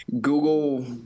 Google